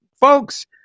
folks